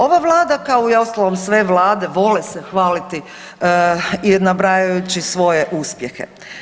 Ova vlada kao u ostalom i sve vlade vole se hvaliti nabrajajući svoje uspjehe.